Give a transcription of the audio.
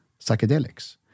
Psychedelics